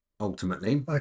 ultimately